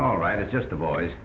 all right it's just the boys